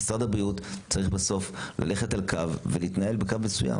משרד הבריאות צריך בסוף ללכת על קו ולהתנהל בקו מסוים.